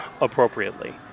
appropriately